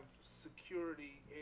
security